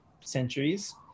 centuries